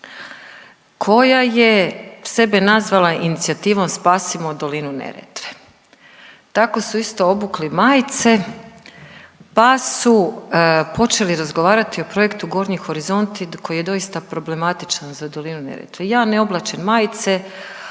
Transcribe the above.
koja je sebe nazvala Inicijativom spasimo dolinu Neretve. Tako su isto obukli majice, pa su počeli razgovarati o projektu gornji Horizonti koji je doista problematičan za dolinu Neretve. Ja ne oblačim majice